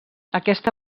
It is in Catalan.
aquesta